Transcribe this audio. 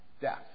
death